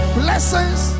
blessings